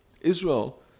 Israel